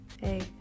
hey